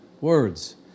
Words